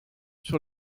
sur